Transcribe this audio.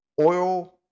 oil